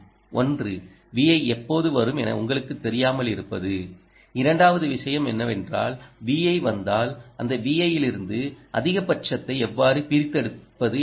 ஒன்று Vi எப்போது வரும் என உங்களுக்குத் தெரியாமலிருப்பது இரண்டாவது விஷயம் என்னவென்றால் Vi வந்தால் அந்த Vi இலிருந்து அதிகபட்சத்தை எவ்வாறு பிரித்தெடுப்பது என்பது